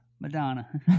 Madonna